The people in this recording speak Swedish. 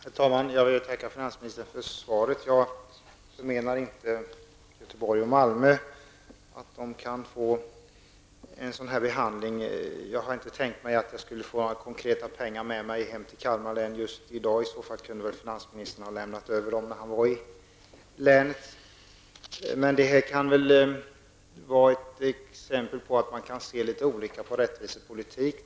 Herr talman! Jag vill tacka finansministern för svaret. Jag förmenar inte Göteborg och Malmö en sådan här behandling. Jag har inte tänkt mig att jag rent konkret skall få några pengar hem till Kalmar län här i dag. I så fall kunde finansministern lämnat över dem när han var på besök i länet. Frågan är ställd som ett exempel på att man kan se litet olika på rättvisepolitik.